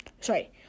Sorry